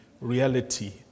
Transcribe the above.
reality